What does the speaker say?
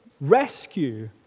rescue